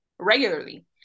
regularly